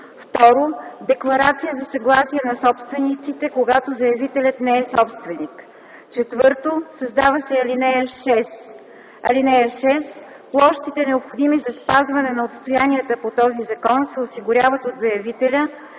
2. декларация за съгласие на собствениците, когато заявителят не е собственик.” 4. Създава се ал. 6: „(6) Площите, необходими за спазване на отстоянията по този закон се осигуряват от заявителя,